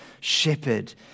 shepherd